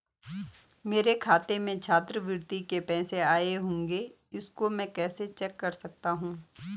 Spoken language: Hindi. मेरे खाते में छात्रवृत्ति के पैसे आए होंगे इसको मैं कैसे चेक कर सकती हूँ?